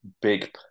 big